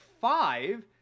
five